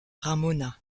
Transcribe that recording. ramona